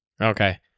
Okay